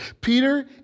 Peter